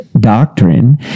doctrine